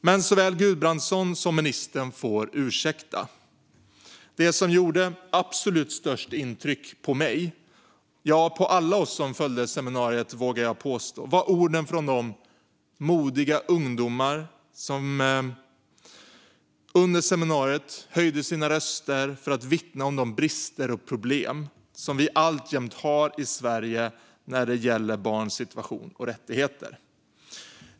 Men såväl Guðbrandsson och ministern får ursäkta: Det som gjorde absolut störst intryck på mig - och jag vågar påstå på alla oss som följde seminariet - var orden från de modiga ungdomar som under seminariet höjde sina röster för att vittna om de brister och problem som vi alltjämt har i Sverige när det gäller barns situation och rättigheter.